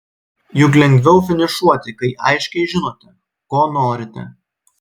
juk lengviau finišuoti kai aiškiai žinote ko norite